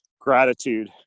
gratitude